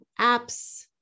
apps